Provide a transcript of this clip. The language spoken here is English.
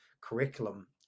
curriculum